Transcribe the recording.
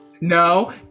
No